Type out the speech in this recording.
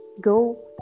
go